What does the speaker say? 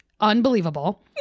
unbelievable